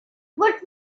what